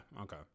Okay